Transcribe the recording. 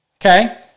okay